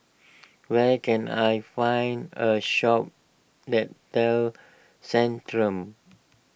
where can I find a shop that sells Centrum